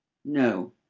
no,